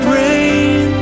rain